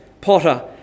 potter